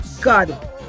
God